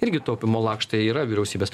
irgi taupymo lakštai yra vyriausybės